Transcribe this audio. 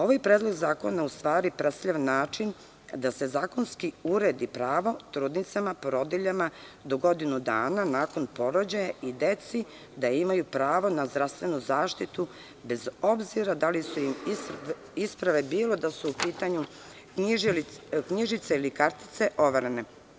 Ovaj predlog zakona u stvari predstavlja način da se zakonski uredi pravo trudnicama, porodiljama, do godinu dana nakon porođaja, i deci da imaju pravo na zdravstvenu zaštitu, bez obzira da li su im isprave, bilo da su u pitanju knjižice ili kartice, overene.